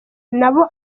nabo